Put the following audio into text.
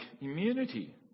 immunity